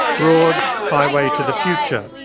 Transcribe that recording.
broad highway to the future.